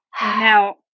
Now